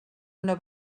una